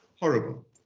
horrible